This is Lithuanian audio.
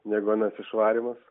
negu anas išvarymas